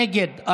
נגד,